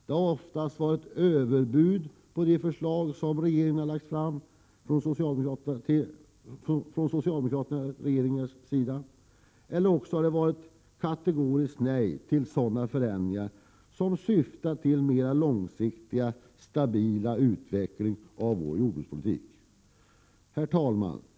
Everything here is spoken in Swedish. Det har oftast varit överbud i förhållande till de förslag som den socialdemokratiska regeringen har lagt fram eller också har det varit kategoriskt nej till sådana förändringar som syftar till en mera långsiktigt stabil utveckling av vår jordbrukspolitik. Herr talman!